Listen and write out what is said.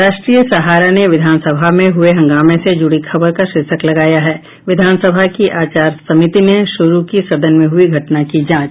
राष्ट्रीय सहारा ने विधानसभा में हुये हंगामे से जुड़ी खबर का शीर्षक लगाया है विधानसभा की आचार समिति ने शुरू की सदन में हुई घटना की जांच